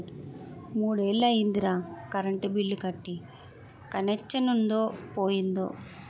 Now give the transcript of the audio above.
మూడ్నెల్లయ్యిందిరా current bill కట్టీ కనెచ్చనుందో పోయిందో